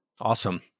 Awesome